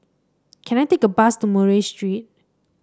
can I take a bus to Murray Street